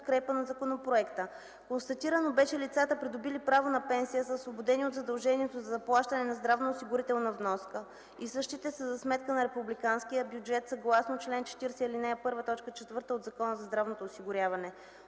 подкрепа на законопроекта. Констатирано бе, че лицата, придобили право на пенсия са освободени от задължението за заплащане на здравноосигурителна вноска и същите са за сметка на републиканския бюджет, съгласно чл. 40, ал. 1, т. 4 от Закона за здравното осигуряване.